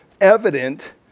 evident